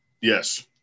Yes